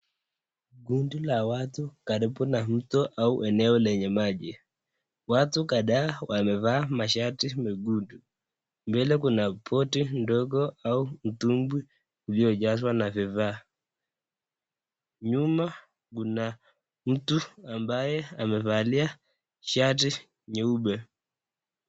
Kundi la watu karibu na watu au eneo lenye maji. Watu kadhaa wamevaa mashati mekundu. Mbele kuna boti ndogo au mitumbwi iliyojazwa na vifaa. Nyuma kuna mtu ambaye amevalia shati nyeupe.